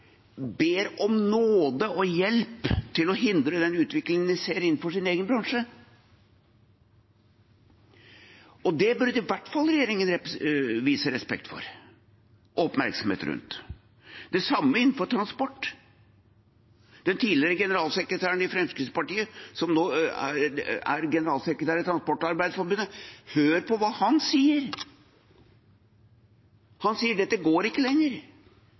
ber om nåde og hjelp til å hindre den utviklingen de ser innenfor sin egen bransje. Det burde i hvert fall regjeringen vise respekt for og ha oppmerksomhet rundt. Det samme gjelder innenfor transport. Hør på hva den tidligere generalsekretæren i Fremskrittspartiet, som nå er generalsekretær i Transportarbeiderforbundet, sier. Han sier at dette går ikke lenger,